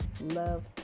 Love